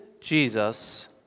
Jesus